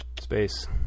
Space